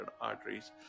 arteries